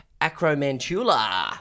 Acromantula